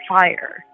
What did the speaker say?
fire